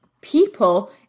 people